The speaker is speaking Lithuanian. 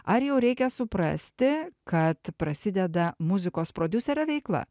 ar jau reikia suprasti kad prasideda muzikos prodiuserio veikla